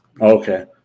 Okay